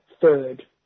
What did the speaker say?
third